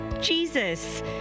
Jesus